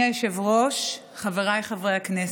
היושב-ראש, חבריי חברי הכנסת,